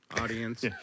audience